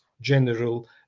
general